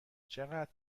چقدر